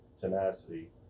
tenacity